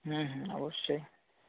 হুম হুম অবশ্যই